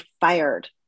fired